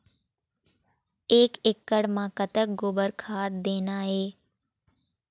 एक एकड़ म कतक गोबर खाद देना ये?